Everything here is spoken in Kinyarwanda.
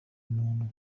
umuntu